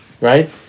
right